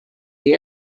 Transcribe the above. the